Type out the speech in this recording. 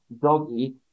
doggy